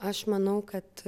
aš manau kad